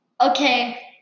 Okay